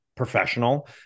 professional